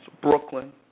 Brooklyn